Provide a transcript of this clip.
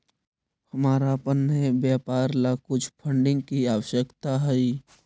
हमारा अपन नए व्यापार ला कुछ फंडिंग की आवश्यकता हई